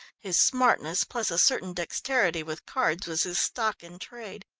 his smartness, plus a certain dexterity with cards, was his stock in trade.